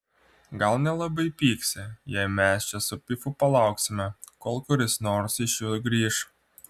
gal nelabai pyksi jei mes čia su pifu palauksime kol kuris nors iš jų grįš